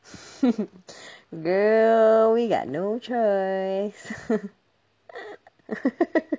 girl we got no choice